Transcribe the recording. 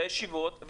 לישיבות,